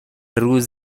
روز